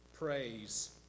praise